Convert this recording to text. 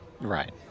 Right